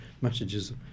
messages